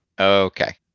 Okay